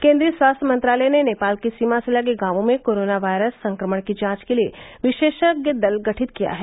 केन्द्रीय स्वास्थ्य मंत्रालय ने नेपाल की सीमा से लगे गांवों में कोरोना वायरस संक्रमण की जांच के लिये विशेषज्ञ दल गठित किया है